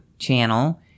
channel